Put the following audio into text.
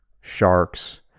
sharks